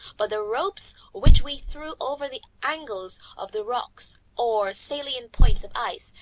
but the ropes which we threw over the angles of the rocks, or salient points of ice,